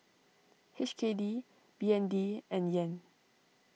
H K D B N D and Yen